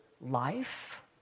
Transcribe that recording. life